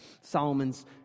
Solomon's